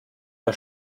der